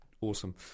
awesome